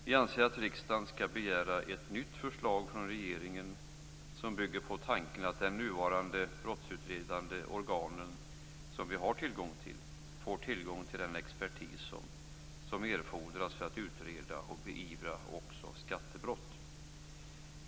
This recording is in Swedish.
Vi anser att riksdagen skall begära ett nytt förslag från regeringen som bygger på tanken att de nuvarande brottsutredande organen som vi har får tillgång till den expertis som behövs för att utreda och beivra också skattebrott.